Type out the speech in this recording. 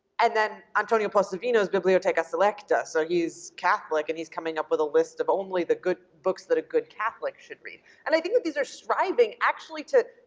and then antonio possevino bibliotheca selecta. so he's catholic and he's coming up with a list of only the books that a good catholic should read. and i think that these are striving actually to,